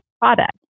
product